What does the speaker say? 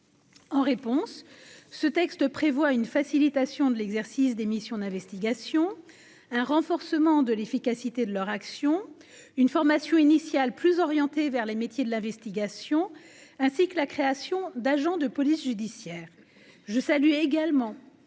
En réponse, ce texte prévoit une facilitation de l'exercice des missions d'investigation, un renforcement de l'efficacité de leur action, une formation initiale, plus orienté vers les métiers de l'investigation, ainsi que la création d'agent de police judiciaire, je salue également